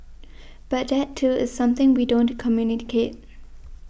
but that too is something we don't communicate